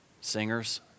singers